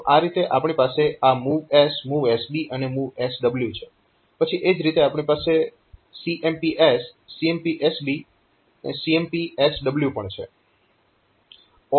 તો આ રીતે આપણી પાસે આ MOVS MOVSB અને MOVSW છે પછી એ રીતે આપણી પાસે CMPS CMPSB CMPSW પણ છે